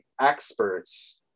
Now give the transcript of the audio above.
experts